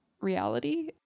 reality